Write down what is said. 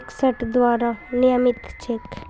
इकसठ द्वारा नियमित छेक